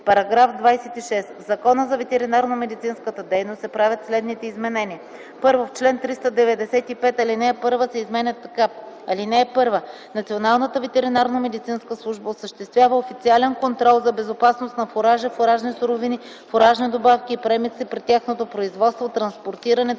сектор. § 26. В Закона за ветеринарномедицинската дейност се правят следните изменения: 1. В чл. 395, ал. 1 се изменя така: „(1) Националната ветеринарномедицинска служба осъществява официален контрол за безопасност на фуражи, фуражни суровини, фуражни добавки и премикси при тяхното производство, транспортиране,